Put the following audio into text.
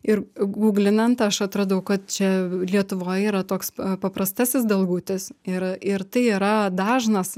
ir guglinant aš atradau kad čia lietuvoj yra toks paprastasis dalgutis yra ir tai yra dažnas